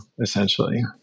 essentially